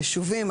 יישובים,